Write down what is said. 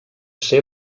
ser